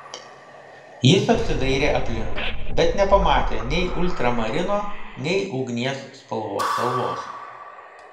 jis apsidairė aplink bet nepamatė nei ultramarino nei ugnies spalvos kalvos